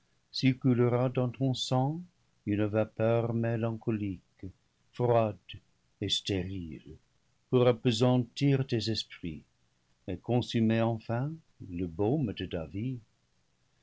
circulera dans ton sang une vapeur mélancolique froide et stérile pour appesantir tes esprits et consumer enfin le baume de